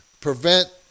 prevent